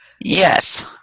Yes